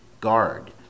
guard